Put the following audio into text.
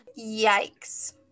Yikes